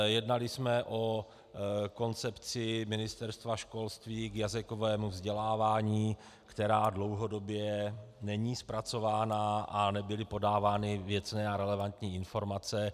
Jednali jsme o koncepci Ministerstva školství k jazykovému vzdělávání, která dlouhodobě není zpracována, a nebyly podávány věcné a relevantní informace.